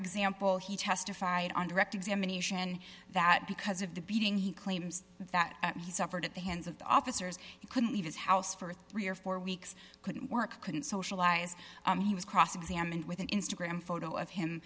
example he testified on direct examination that because of the beating he claims that he suffered at the hands of the officers he couldn't leave his house for three or four weeks couldn't work couldn't socialize he was cross examined with an instagram photo of him